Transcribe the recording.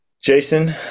Jason